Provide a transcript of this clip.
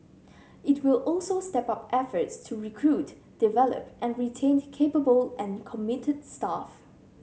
it will also step up efforts to recruit develop and retain capable and committed staff